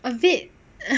a bit